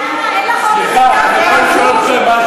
אין לך אומץ לומר, סליחה, אני יכול לשאול משהו?